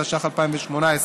התשע"ח 2018: